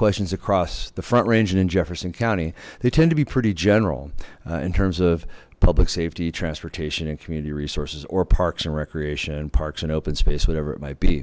questions across the front range and in jefferson county they tend to be pretty general in terms of public safety transportation and community resources or parks and recreation and parks and open space whatever it might be